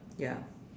ya